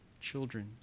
children